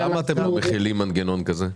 למה אתם לא מחילים מנגנון כזה?